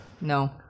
No